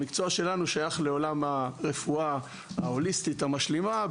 המקצוע שלנו שייך לעולם הרפואה ההוליסטית המשלימה,